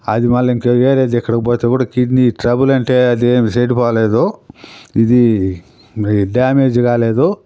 అది మళ్ళీ ఇంకా వేరే దగ్గరకి పోతే కూడా కిడ్నీ ట్రబుల్ అంటే అదేమీ చెడిపోలేదు ఇదీ డామేజ్ కాలేదు